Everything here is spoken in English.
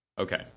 Okay